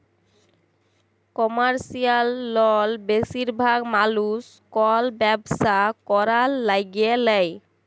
commercial লল বেশিরভাগ মালুস কল ব্যবসা ক্যরার ল্যাগে লেই